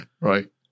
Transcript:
right